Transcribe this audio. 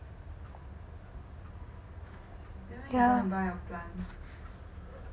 ya